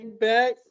back